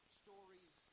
stories